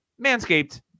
Manscaped